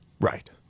Right